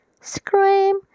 scream